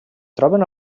troben